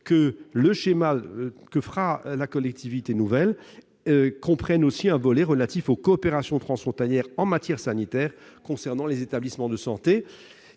que le schéma de coopération transfrontalière comprendra aussi un volet relatif aux coopérations transfrontalières en matière sanitaire concernant les établissements de santé.